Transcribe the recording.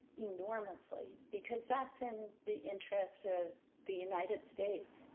enormously because that's in the interest of the united states